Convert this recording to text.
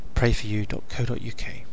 PrayForYou.co.uk